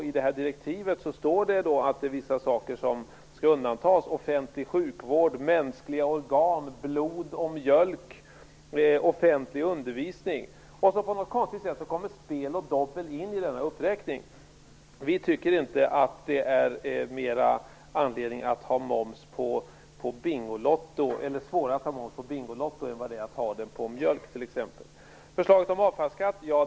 I det här direktivet står det att det är vissa saker som skall undantas, t.ex. offentlig sjukvård, mänskliga organ, blod och mjölk, offentlig undervisning och så kommer spel och dobbel in på något konstigt vis i denna uppräkning. Vi tycker inte att det är svårare att ha moms på Bingolotto än vad det är att det på mjölk t.ex. Sedan har vi förslaget om avfallsskatt.